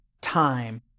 time